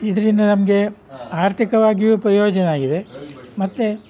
ಇದರಿಂದ ನಮಗೆ ಆರ್ಥಿಕವಾಗಿಯೂ ಪ್ರಯೋಜನವಾಗಿದೆ ಮತ್ತೆ